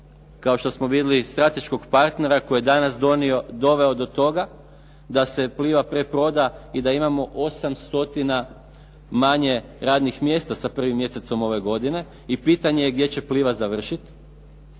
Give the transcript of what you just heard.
kao što smo vidjeli strateškog partnera koji je danas doveo do toga da se Pliva preproda i da imamo 8 stotina manje radnih mjesta sa prvim mjesecom ove godine. I pitanje je gdje će Pliva završiti.